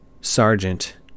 Sergeant